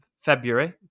February